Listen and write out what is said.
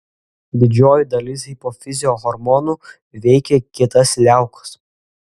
didžioji dalis hipofizio hormonų veikia kitas liaukas